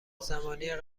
زمانی